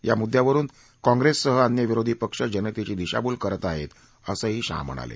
या मुद्धावरुन काँग्रेससह अन्य विरोधी पक्ष जनतेची दिशाभूल करत आहेत असं शहा म्हणाले